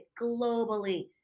globally